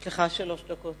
יש לך שלוש דקות.